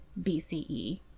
BCE